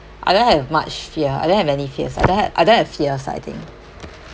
I don't have much ya I don't have any fears I don't ha~ I don't have fears ah I think